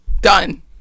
Done